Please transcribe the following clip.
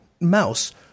mouse